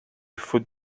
faute